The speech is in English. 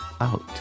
out